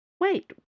Wait